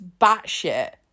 batshit